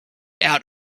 out